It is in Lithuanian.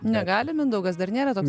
negali mindaugas dar nėra toks